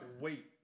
wait